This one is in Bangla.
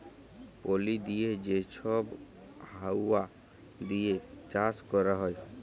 পলি দিঁয়ে যে ছব হাউয়া দিঁয়ে চাষ ক্যরা হ্যয়